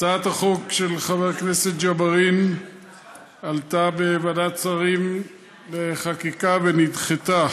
הצעת החוק של חבר הכנסת ג'בארין עלתה בוועדת השרים לחקיקה ונדחתה.